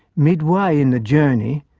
midway in the journey,